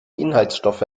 inhaltsstoffe